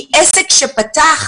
עסק שפתח,